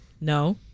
No